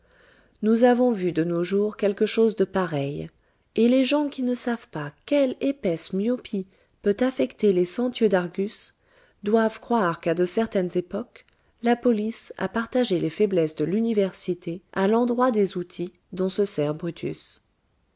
nous avons vu de nos jours quelque chose de pareil et les gens qui ne savent pas quelle épaisse myopie peut affecter les cent yeux d'argus doivent croire qu'a de certaines époques la police a partagé les faiblesses de l'université à l'endroit des outils dont se sert brutus